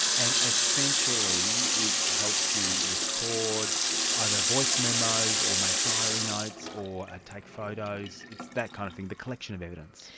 and essentially it helps you record either voice memos or make diary notes or ah take photos, it's that kind of thing, the collection of evidence.